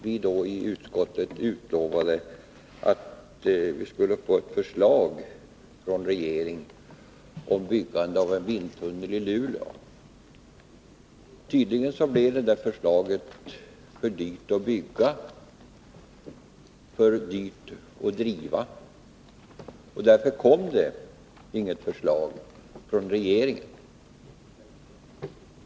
Vi var i utskottet utlovade ett förslag från regeringen om byggande av en vindtunnel i Luleå. Tydligen skulle vindtunneln bli för dyrbar att bygga och för dyrbar att driva där, och därför kom det inget förslag från regeringen.